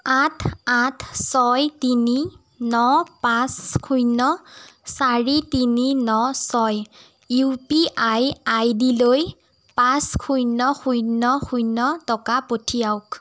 আঠ আঠ ছয় তিনি ন পাঁচ শূন্য চাৰি তিনি ন ছয় ইউ পি আই আই ডিলৈ পাঁচ শূন্য শূন্য শূন্য টকা পঠিৱাওক